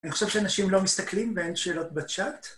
אני חושב שאנשים לא מסתכלים ואין שאלות בצ'אט.